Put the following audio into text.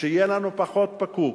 שיהיה לנו פחות פקוק,